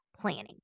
planning